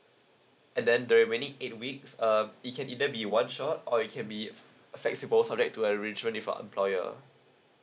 and then the remaining eight weeks uh it can either be one shot or it can be flexible subject to arrangement leave for employer